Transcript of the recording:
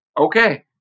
Okay